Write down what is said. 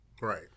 Right